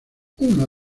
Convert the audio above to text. uno